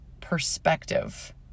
perspective